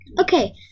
Okay